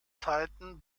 zeiten